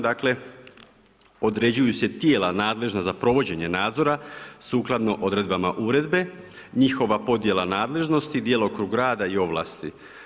Dakle, određuju se tijela nadležna za provođenje nadzora sukladno odredbama Uredbe, njihova podjela nadležnosti i djelokrug rada i ovlasti.